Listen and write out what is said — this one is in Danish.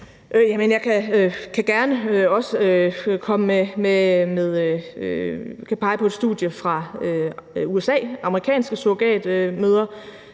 jeg kan også pege på studier i USA om amerikanske surrogatmødre,